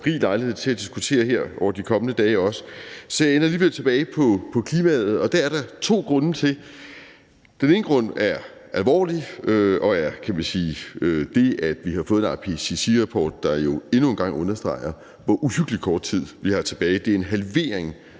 rig lejlighed til at diskutere her over de kommende dage, så jeg ender alligevel med at komme tilbage til klimaet, og det er der to grunde til. Den ene grund er alvorlig og er – kan man sige – det, at vi har fået en IPPC-rapport, der jo endnu en gang understreger, hvor uhyggelig kort tid vi har tilbage: Det er en halvering